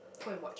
go and watch